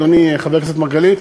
אדוני חבר הכנסת מרגלית,